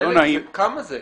לא נעים -- כמה זה?